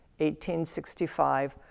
1865